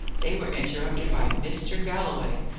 they were interrupted by mr. galloway,